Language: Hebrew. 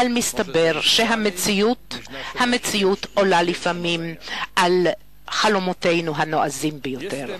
אבל מסתבר שהמציאות עולה לפעמים על חלומותינו הנועזים ביותר.